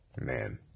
Man